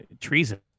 treason